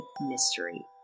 mystery